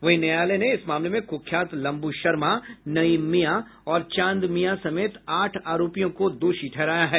वहीं न्यायालय ने इस मामले में कुख्यात लम्बू शर्मा नईम मियां और चांद मियां समेत आठ आरोपियों को दोषी ठहराया है